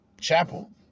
Chapel